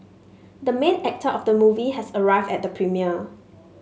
the main actor of the movie has arrived at the premiere